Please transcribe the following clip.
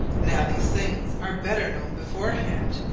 now these things are better known beforehand,